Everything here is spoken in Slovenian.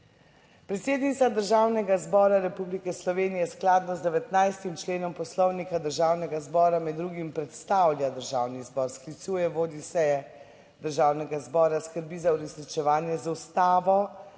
Predsednica Državnega zbora Republike Slovenije skladno z 19 členom Poslovnika Državnega zbora med drugim predstavlja Državni zbor sklicuje, vodi seje Državnega zbora, skrbi za uresničevanje z Ustavo,